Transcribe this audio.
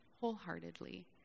wholeheartedly